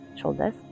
shoulders